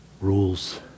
rules